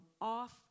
off